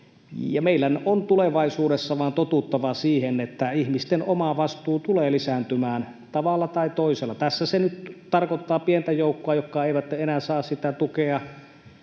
meidän on tulevaisuudessa vain totuttava siihen, että ihmisten oma vastuu tulee lisääntymään tavalla tai toisella. Tässä se nyt tarkoittaa pientä joukkoa, jotka eivät enää saa sitä tukea,